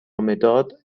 مداد